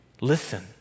Listen